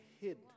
hid